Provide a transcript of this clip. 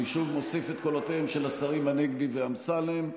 אני שוב מוסיף את קולותיהם של השרים הנגבי ואמסלם,